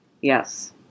Yes